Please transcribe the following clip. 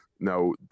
now